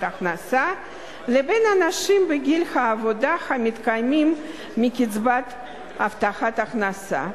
הכנסה לבין אנשים בגיל העבודה המתקיימים מקצבת הבטחת הכנסה.